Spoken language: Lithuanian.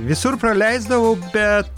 visur praleisdavau bet